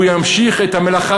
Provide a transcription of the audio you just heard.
והוא ימשיך את המלאכה.